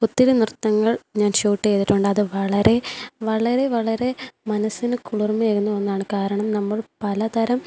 ഒത്തിരി നൃത്തങ്ങൾ ഞാൻ ഷൂട്ട് ചെയ്തിട്ടുണ്ട് അത് വളരെ വളരെ വളരെ മനസ്സിന് കുളിർമയേകുന്ന ഒന്നാണ് കാരണം നമ്മൾ പലതരം